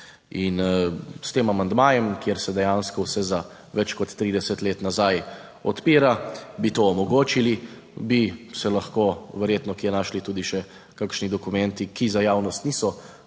In s tem amandmajem, kjer se dejansko vse za več kot 30 let nazaj odpira bi to omogočili. Bi se lahko verjetno kje našli tudi še kakšni dokumenti, ki za javnost niso